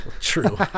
True